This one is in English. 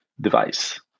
device